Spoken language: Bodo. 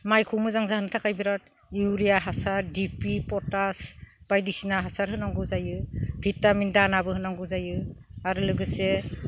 माइखो मोजां जाहोनो थाखाय बिराद इउरिया हासार डि ए पि पटाश बायदिसिना हासार होनांगौ जायो भिटामिन दानाबो होनांगौ जायो आरो लोगोसे